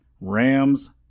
Rams